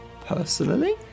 personally